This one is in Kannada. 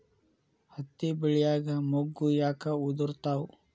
ಹತ್ತಿ ಬೆಳಿಯಾಗ ಮೊಗ್ಗು ಯಾಕ್ ಉದುರುತಾವ್?